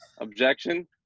objection